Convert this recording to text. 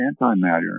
antimatter